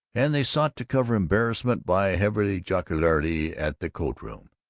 and they sought to cover embarrassment by heavy jocularity at the coatroom.